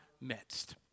midst